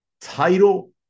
title